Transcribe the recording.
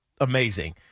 amazing